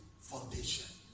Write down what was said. foundation